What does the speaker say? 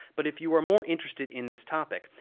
but if you are more interested in this topic,